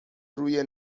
روی